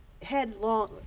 headlong